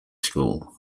school